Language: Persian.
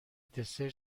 دسر